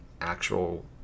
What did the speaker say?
actual